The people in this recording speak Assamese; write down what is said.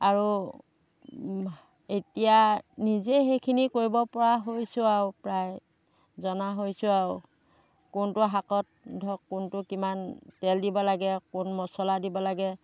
আৰু এতিয়া নিজে সেইখিনি কৰিব পৰা হৈছোঁ আৰু প্ৰায় জনা হৈছোঁ আৰু কোনটো শাকত ধৰক কোনটো কিমান তেল দিব লাগে ক'ত মছলা দিব লাগে